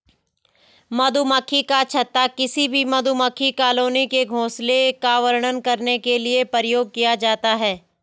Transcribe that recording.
मधुमक्खी का छत्ता किसी भी मधुमक्खी कॉलोनी के घोंसले का वर्णन करने के लिए प्रयोग किया जाता है